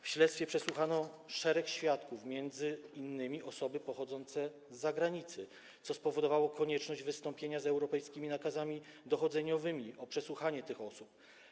W śledztwie przesłuchano szereg świadków, m.in. osoby pochodzące z zagranicy, co spowodowało konieczność wystąpienia z europejskimi nakazami dochodzeniowymi o przesłuchanie tych osób.